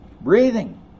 Breathing